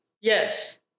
yes